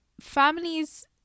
families